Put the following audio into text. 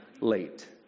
late